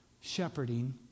shepherding